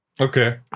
Okay